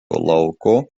lauko